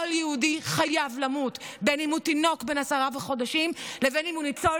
כל יהודי חייב למות בין שהוא תינוק בן עשרה חודשים ובין שהוא ניצול